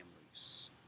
families